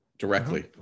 directly